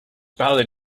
ballad